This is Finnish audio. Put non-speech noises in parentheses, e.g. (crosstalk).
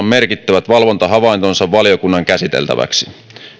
(unintelligible) merkittävät valvontahavaintonsa valiokunnan käsiteltäviksi